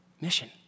Mission